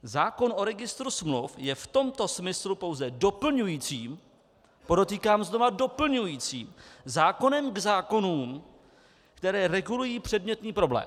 Zákon o registru smluv je v tomto smyslu pouze doplňujícím , podotýkám znova doplňujícím zákonem k zákonům, které regulují předmětný problém.